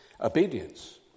Obedience